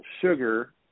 sugar